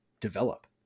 develop